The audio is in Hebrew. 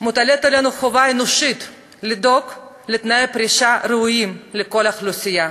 מוטלת עלינו חובה אנושית לדאוג לתנאי פרישה ראויים לכל האוכלוסייה,